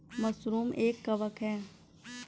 mushroom एक कवक है